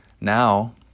now